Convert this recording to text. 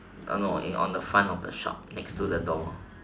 uh no on the front of the shop next to the door